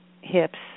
hips